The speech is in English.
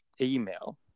email